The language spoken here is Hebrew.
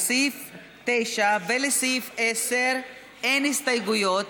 לסעיף 9 ולסעיף 10 אין הסתייגויות,